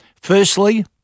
Firstly